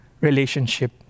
relationship